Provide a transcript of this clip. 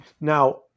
Now